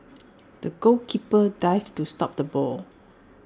the goalkeeper dived to stop the ball